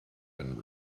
been